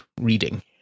reading